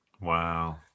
Wow